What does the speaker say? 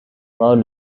kau